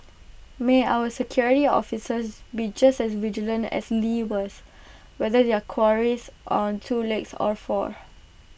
may our security officers be just as vigilant as lee was whether their quarries on two legs or four